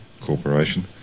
Corporation